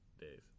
days